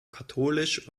katholisch